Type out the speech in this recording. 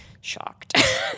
shocked